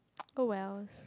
oh wells